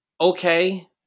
okay